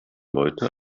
leute